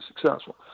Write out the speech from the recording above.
successful